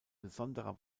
besonderer